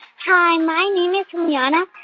hi. my name is brianna.